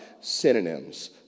synonyms